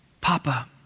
Papa